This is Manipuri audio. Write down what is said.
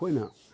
ꯑꯩꯈꯣꯏꯅ